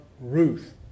Ruth